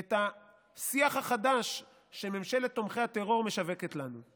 את השיח החדש שממשלת תומכי הטרור משווקת לנו.